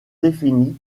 définies